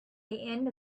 end